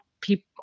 people